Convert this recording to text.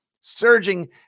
surging